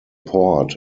port